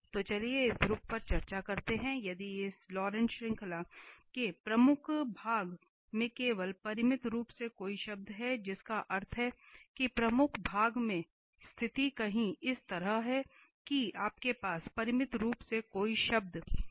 तो चलिए इस ध्रुव पर चर्चा करते हैं यदि इस लॉरेंट श्रृंखला के प्रमुख भाग में केवल परिमित रूप से कई शब्द है जिसका अर्थ है कि प्रमुख भाग में स्थिति कहीं इस तरह है कि आपके पास परिमित रूप से कई शब्द हैं